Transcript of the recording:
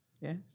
yes